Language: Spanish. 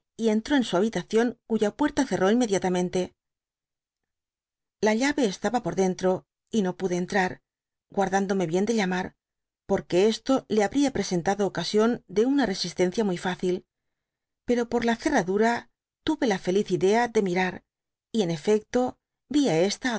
y entró en su liajmtaciony cuya puerta cerró áunediatánieiite la llaye estaba por dentro y no pude entrar guardándome jbien de llaiñár por que esto le habría presentado ocasión de uña resislaicia muy fácil pero per la cerradura tuye la feliz idea de núear y en efecto vi á esta